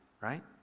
Right